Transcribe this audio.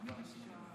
"שואה".